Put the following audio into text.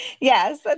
Yes